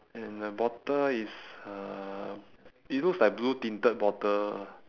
and the bottle is uh it looks like blue tinted bottle